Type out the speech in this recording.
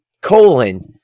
colon